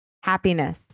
Happiness